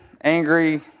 angry